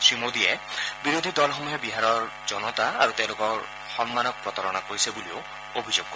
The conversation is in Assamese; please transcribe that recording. শ্ৰীমোদীয়ে বিৰোধী দলসমূহে বিহাৰৰ জনতা আৰু তেওঁলোকৰ সন্মানক প্ৰতাৰণা কৰিছে বুলিও অভিযোগ কৰে